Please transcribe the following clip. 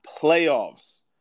playoffs